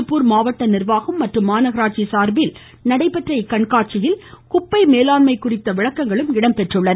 திருப்பூர் மாவட்ட நிர்வாகம் மற்றும மாநகராட்சி சார்பில் நடைபெற்ற இக்கண்காட்சியில் குப்பை மேலாண்மை குறித்த விளக்கங்களும் இடம்பெற்றன